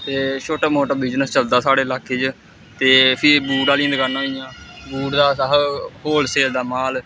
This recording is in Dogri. ते छोटा मोटा बिजनेस चलदा साढ़े इलाके च ते फ्ही बूट आहलियां दकानां होई गेइयां बूट अस होल सेल दा माल